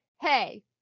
Hey